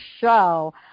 show